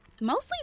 Mostly